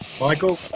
Michael